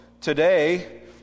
today